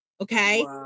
Okay